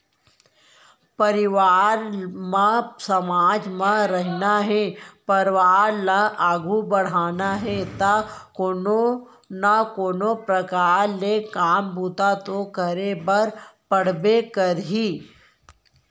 परवार म समाज म रहिना हे परवार ल आघू बड़हाना हे ता कोनो ना कोनो परकार ले काम बूता तो करे बर पड़बे करही